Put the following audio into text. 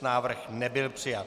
Návrh nebyl přijat.